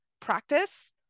practice